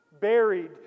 buried